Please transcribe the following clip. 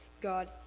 God